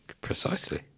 Precisely